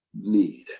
need